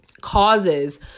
causes